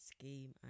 scheme